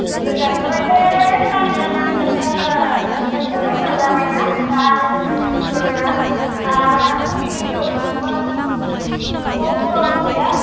गोजानद्राइलै लामायाबो गोजानथार साइकेलबो रोङा जाबायना गारिबो स्कुटिबो रोङा थाबायनानैसो हैनांगोन माबा न'वावबो रावबो गैया